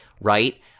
right